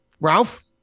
Ralph